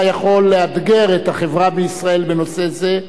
אתה יכול לאתגר את החברה בישראל בנושא זה,